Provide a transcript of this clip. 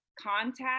contact